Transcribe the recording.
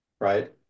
Right